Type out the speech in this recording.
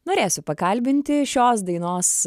norėsiu pakalbinti šios dainos